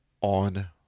on